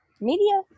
Media